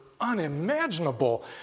unimaginable